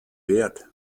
wert